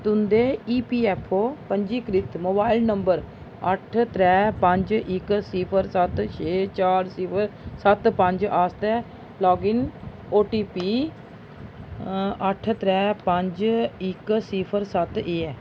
तुं'दे ईपीऐफ्फओ पंजीकृत mobile number अट्ठ त्रै पंज इक सिफर सत्त छे चार सिफर सत्त पंज आस्तै लाग इन ओटीपी अट्ठ त्रै पंज इक सिफर सत्त एह् ऐ